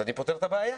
אז אני פותר את הבעיה.